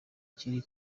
kiri